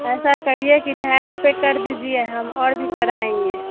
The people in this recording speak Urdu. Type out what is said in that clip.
ایسا کریے کہ ڈھائی روپے کر دیجیے ہم اور بھی کرائیں گے